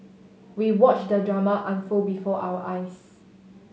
we watched the drama unfold before our eyes